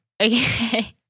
okay